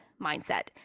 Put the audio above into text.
mindset